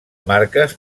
marques